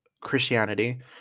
Christianity